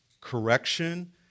correction